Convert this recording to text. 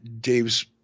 Dave's